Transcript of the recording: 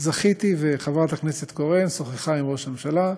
זכיתי, וחברת הכנסת קורן שוחחה עם ראש הממשלה.